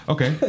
Okay